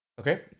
Okay